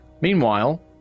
Meanwhile